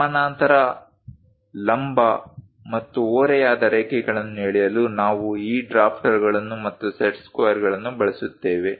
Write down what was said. ಸಮಾನಾಂತರ ಲಂಬ ಮತ್ತು ಓರೆಯಾದ ರೇಖೆಗಳನ್ನು ಎಳೆಯಲು ನಾವು ಈ ಡ್ರಾಫ್ಟರ್ಗಳನ್ನು ಮತ್ತು ಸೆಟ್ ಸ್ಕ್ವೇರ್ಗಳನ್ನು ಬಳಸುತ್ತೇವೆ